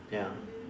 ya